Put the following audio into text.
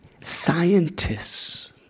Scientists